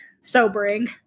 sobering